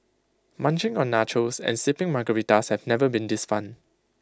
munching on nachos and sipping Margaritas have never been this fun